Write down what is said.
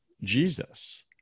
Jesus